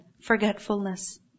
Forgetfulness